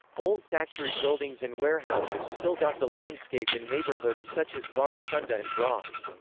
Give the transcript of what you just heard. old factory buildings and warehouses still dot the landscape in neighborhoods such as barra funda and bras.